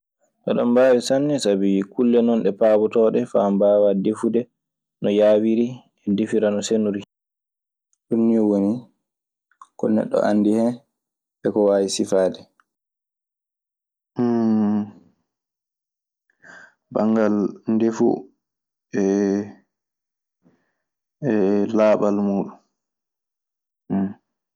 Eɗen mbaawi sanne sabi kulle non ɗe paabotooɗe faa mbaawa defude no yaawiri. Defira Ɗum nii woni ko neɗɗo anndi hen e ko waawi sifaade. Banngal ndefu e laaɓal muuɗun.